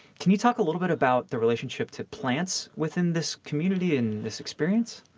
can you talk a little bit about the relationship to plants within this community and this experience?